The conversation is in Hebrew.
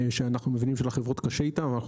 שאנחנו יודעים שלחברות קשה איתם ואנחנו